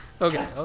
Okay